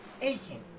aching